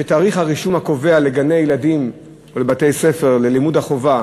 שתאריך הרישום הקובע לגני-ילדים ולבתי-ספר ללימוד החובה